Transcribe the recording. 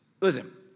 Listen